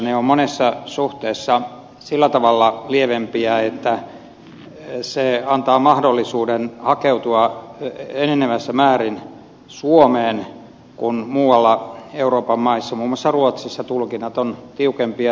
ne ovat monessa suhteessa sillä tavalla lievempiä että se antaa mahdollisuuden hakeutua enenevässä määrin suomeen kun muualla euroopan maissa muun muassa ruotsissa tulkinnat ovat tiukempia